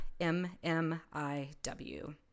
MMIW